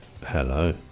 Hello